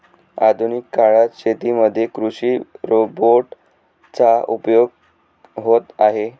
आधुनिक काळात शेतीमध्ये कृषि रोबोट चा उपयोग होत आहे